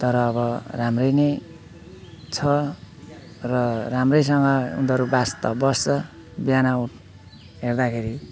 तर अब राम्रै नै छ र राम्रैसँग उनीहरू बास त बस्छ बिहान हेर्दाखेरि